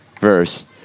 verse